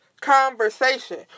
conversation